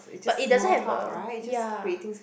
but it doesn't have uh ya